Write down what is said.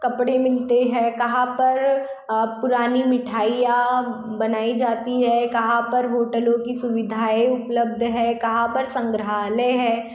कपड़े मिलते हैं कहाँ पर पुरानी मिठाईयाँ बनाई जाती है कहाँ पर होटलों की सुविधाएँ उपलब्ध है कहाँ पर संग्रहालय है